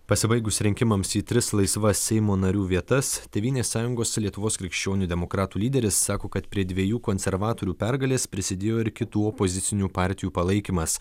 pasibaigus rinkimams į tris laisvas seimo narių vietas tėvynės sąjungos lietuvos krikščionių demokratų lyderis sako kad prie dviejų konservatorių pergalės prisidėjo ir kitų opozicinių partijų palaikymas